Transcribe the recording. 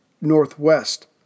northwest